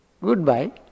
Goodbye